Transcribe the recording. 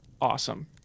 awesome